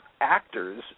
actors